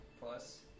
plus